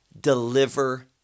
deliver